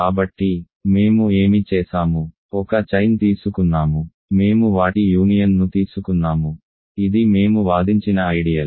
కాబట్టి మేము ఏమి చేసాము ఒక చైన్ తీసుకున్నాము మేము వాటి యూనియన్ ను తీసుకున్నాము ఇది మేము వాదించిన ఐడియల్